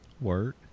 Word